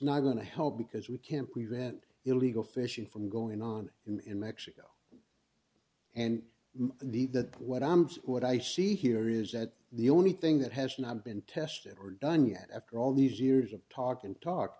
not going to help because we can't prevent illegal fishing from going on in mexico and the that what i what i see here is that the only thing that has not been tested or done yet after all these years of talk and talk